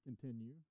continue